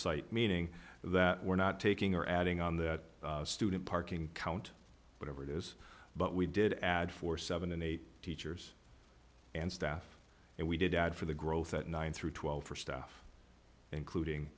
site meaning that we're not taking or adding on that student parking count whatever it is but we did add four seven and eight teachers and staff and we did add for the growth that nine through twelve for staff including